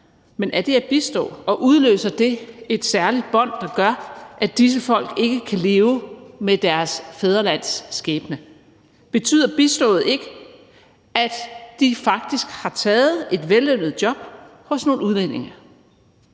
Men er det at bistå? Og udløser det et særligt bånd, der gør, at disse folk ikke kan leve med deres fædrelands skæbne? Betyder bistået ikke, at de faktisk har taget et vellønnet job hos nogle udlændinge